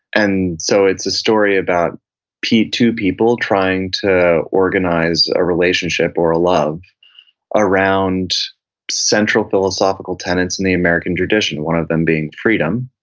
and so it's a story about two people trying to organize a relationship or a love around central philosophical tenets in the american tradition, one of them being freedom,